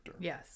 yes